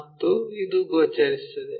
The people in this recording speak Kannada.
ಮತ್ತು ಇದು ಗೋಚರಿಸುತ್ತದೆ